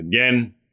Again